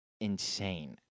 insane